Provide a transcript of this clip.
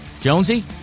Jonesy